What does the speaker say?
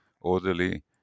orderly